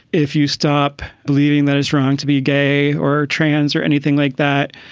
if you stop believing that it's wrong to be gay or trans or anything like that,